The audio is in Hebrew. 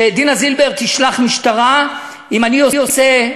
שדינה זילבר תשלח משטרה אם אני עושה,